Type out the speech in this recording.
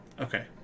Okay